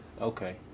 okay